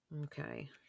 Okay